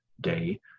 day